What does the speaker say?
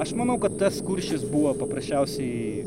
aš manau kad tas kuršis buvo paprasčiausiai